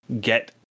get